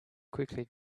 quickly